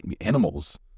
animals